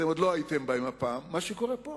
אתם עוד לא הייתם בהן, מה שקורה פה.